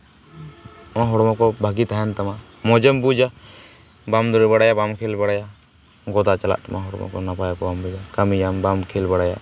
ᱟᱢᱟᱜ ᱦᱚᱲᱢᱚ ᱠᱚ ᱵᱷᱟᱜᱮ ᱛᱟᱦᱮᱱ ᱛᱟᱢᱟ ᱢᱚᱡᱮᱢ ᱵᱩᱡᱟ ᱵᱟᱢ ᱫᱟᱹᱲ ᱵᱟᱲᱟᱭᱟ ᱵᱟᱢ ᱠᱷᱮᱞ ᱵᱟᱲᱟᱭᱟ ᱜᱚᱫᱟ ᱪᱟᱞᱟᱜ ᱛᱟᱢᱟ ᱦᱚᱲᱢᱚ ᱱᱟᱯᱟᱭ ᱛᱮ ᱵᱟᱢ ᱫᱟᱹᱲ ᱵᱟᱲᱟᱭ ᱠᱷᱟᱱ ᱠᱟᱹᱢᱤᱭᱟᱢ ᱵᱟᱢ ᱠᱷᱮᱞ ᱵᱟᱲᱟᱭᱟ